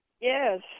Yes